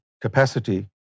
capacity